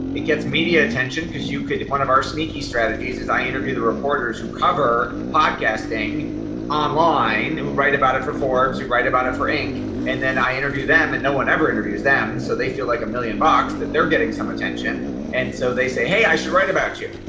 it gets media attention because you could. one of our sneaky strategies is i interview the reporters who cover podcasting online. we write about it for forbes who write about it for inc. and then i interview them and no one ever interviews them so they feel like a million bucks that they're getting some attention and so they say hey i should write about you.